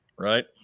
Right